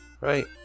Right